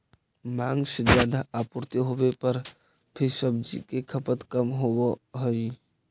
माँग से ज्यादा आपूर्ति होवे पर भी सब्जि के खपत कम होवऽ हइ